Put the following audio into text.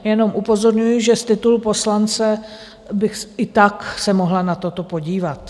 Jenom upozorňuji, že z titulu poslance bych i tak se mohla na toto podívat.